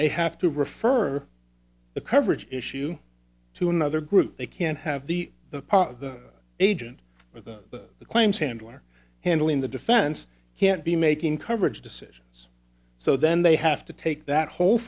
they have to refer the coverage issue to another group they can't have the the agent or the claims handler handling the defense can't be making coverage decisions so then they have to take that whole